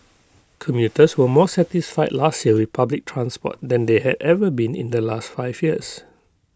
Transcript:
commuters were more satisfied last year with public transport than they had ever been in the last five years